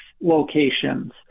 locations